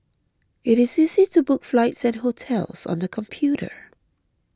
it is easy to book flights and hotels on the computer